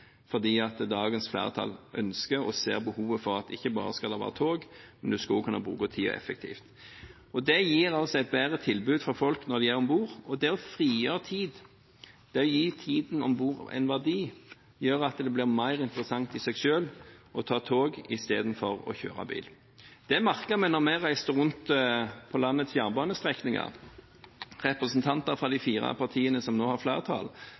fordi dagens flertall ønsker og ser behovet for at ikke bare skal det være tog, men en skal også kunne bruke tiden effektivt. Det gir altså et bedre tilbud til folk når de er om bord, og det å frigjøre tid, det å gi tiden om bord en verdi, gjør at det blir mer interessant i seg selv å ta tog i stedet for å kjøre bil. Det merket vi da vi reiste rundt på landets jernbanestrekninger. Representanter fra de fire partiene som nå har flertall,